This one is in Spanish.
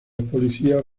policía